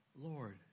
Lord